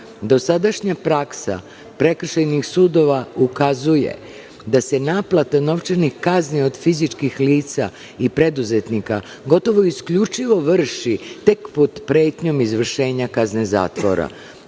Dosadašnja praksa prekršajnih sudova ukazuje da se naplata novčanih kazni od fizičkih lica i preduzetnika gotovo isključivo vrši tek pod pretnjom izvršenja kazne zatvora,